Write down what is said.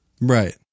Right